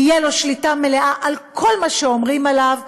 תהיה לו שליטה מלאה על כל מה שאומרים עליו,